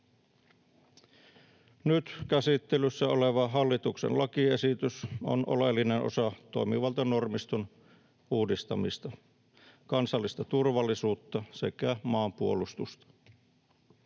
Nyt käsittelyssä oleva hallituksen lakiesitys on oleellinen osa toimivaltanormiston uudistamista, kansallista turvallisuutta sekä maanpuolustusta.